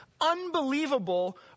unbelievable